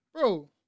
bro